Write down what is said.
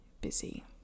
busy